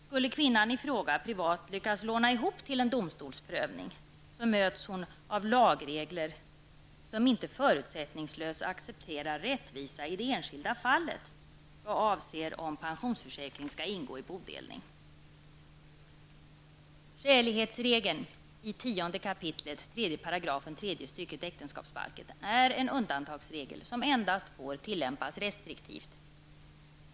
Skulle kvinnan i fråga privat lyckas låna ihop till en domstolsprövning, möts hon av lagregler som inte förutsättningslöst accepterar rättvisa i det enskilda fallet vad avser om pensionsförsäkring skall ingå i bodelningen. Skälighetsregeln i 10 kap. 3 § 3 stycket äktenskapsbalken är en undantagsregel som endast får tillämpas restriktivt.